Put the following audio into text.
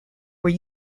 were